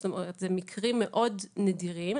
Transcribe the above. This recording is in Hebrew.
זאת אומרת, אלה מקרים מאוד נדירים.